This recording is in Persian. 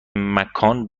مکان